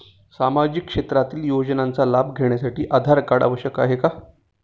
सामाजिक क्षेत्रातील योजनांचा लाभ घेण्यासाठी आधार कार्ड आवश्यक आहे का?